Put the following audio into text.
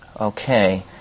Okay